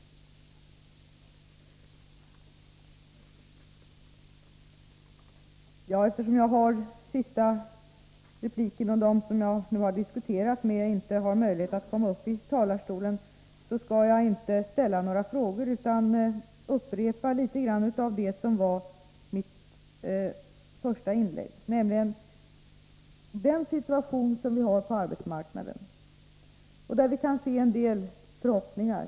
Eftersom jag har den sista repliken i den här delen av debatten skall jag inte ställa några frågor till dem jag nu har diskuterat med, utan jag vill i stället upprepa något av det jag sade i mitt första inlägg.